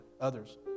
Others